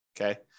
okay